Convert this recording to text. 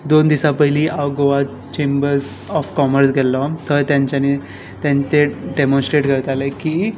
दोन दिसा पयलीं हांव गोवा चेम्बर्स ऑफ कॉमर्स गेल्लों थंय तांच्यांनी ते ते डेमोस्ट्रेट करताले की